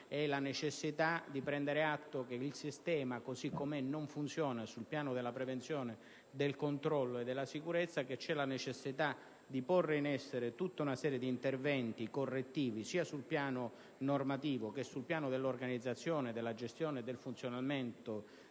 è la necessità di prendere atto che il sistema in quanto tale non funziona sul piano della prevenzione, del controllo e della sicurezza e che c'è la necessità di porre in essere tutta una serie di interventi correttivi, sia sul piano normativo che dell'organizzazione, rispetto alla gestione e al funzionamento